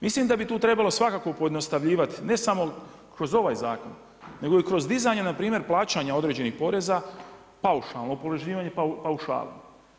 Mislim da bi tu trebalo svakako pojednostavljivat ne samo kroz ovaj zakon nego i kroz dizanje npr. plaćanja određenih poreza paušalno, oporezivanja paušala.